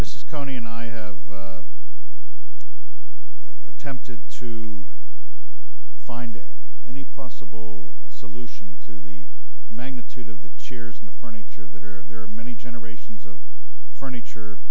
this is coney and i have attempted to find any possible solution to the magnitude of the chairs and the furniture that are there are many generations of furniture